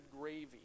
gravy